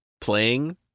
playing